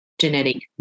genetic